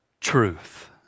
truth